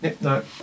no